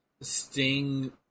Sting